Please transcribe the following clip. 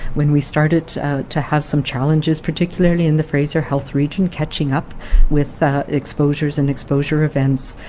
when we started to have some challenges, particularly in the fraser health region, catching up with exposures and exposure events,